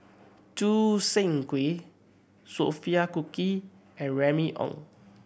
Choo Seng Quee Sophia Cooke and Remy Ong